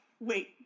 Wait